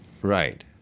Right